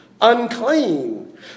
unclean